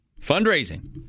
fundraising